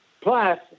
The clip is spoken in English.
Plus